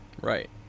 Right